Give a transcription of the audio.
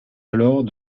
alors